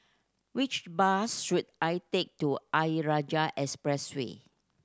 which bus should I take to Ayer Rajah Expressway